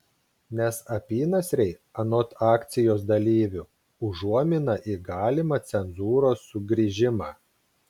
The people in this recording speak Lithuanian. nes apynasriai anot akcijos dalyvių užuomina į galimą cenzūros sugrįžimą